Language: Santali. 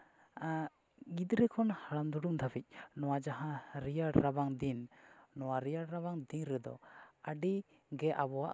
ᱜᱤᱫᱽᱨᱟᱹ ᱠᱷᱚᱱ ᱦᱟᱲᱟᱢ ᱫᱩᱲᱩᱢ ᱫᱷᱟᱹᱵᱤᱡ ᱱᱚᱣᱟ ᱡᱟᱦᱟᱸ ᱨᱮᱭᱟᱲ ᱨᱟᱵᱟᱝ ᱫᱤᱱ ᱱᱚᱣᱟ ᱨᱮᱭᱟᱲ ᱨᱟᱵᱟᱝ ᱫᱤᱱ ᱨᱮᱫᱚ ᱟᱹᱰᱤᱜᱮ ᱟᱵᱚᱣᱟᱜ